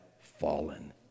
fallen